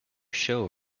show